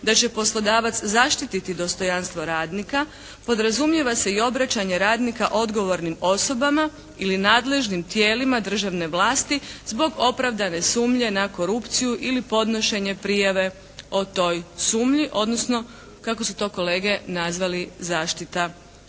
da će poslodavac zaštititi dostojanstvo radnika podrazumijeva se i obraćanje radnika odgovornim osobama ili nadležnim tijelima državne vlasti zbog opravdane sumnje na korupciju ili podnošenje prijave o toj sumnji, odnosno kako su to kolege nazvali zaštita